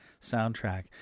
soundtrack